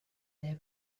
their